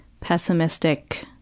pessimistic